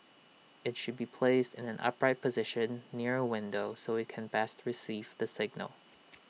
IT should be placed in an upright position near A window so IT can best receive the signal